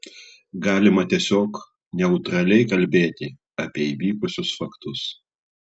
galima tiesiog neutraliai kalbėti apie įvykusius faktus